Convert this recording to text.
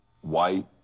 white